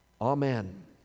Amen